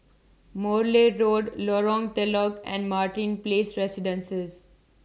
Morley Road Lorong Telok and Martin Place Residences